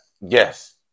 Yes